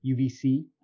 UVC